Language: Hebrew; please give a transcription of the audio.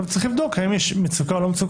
צריך לבדוק האם יש מצוקה או לא,